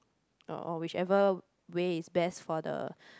or whichever way is best for the